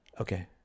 Okay